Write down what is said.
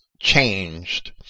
changed